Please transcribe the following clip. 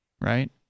right